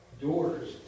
doors